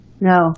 No